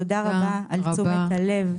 תודה רבה על תשומת הלב.